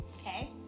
Okay